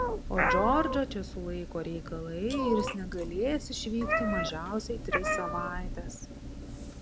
o džordžą čia sulaiko reikalai ir jis negalės išvykti mažiausiai tris savaites